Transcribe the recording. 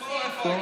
פה, איפה הייתי?